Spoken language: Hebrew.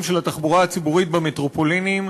של התחבורה הציבורית במטרופולינים,